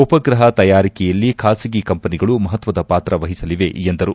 ಉಪಗ್ರಹ ತಯಾರಿಕೆಯಲ್ಲಿ ಖಾಸಗಿ ಕಂಪನಿಗಳು ಮಹತ್ವದ ಪಾತ್ರ ವಹಿಸಲಿವೆ ಎಂದರು